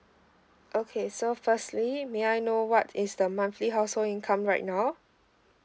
okay so firstly may I know what is the monthly household income right now